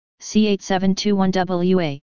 C8721WA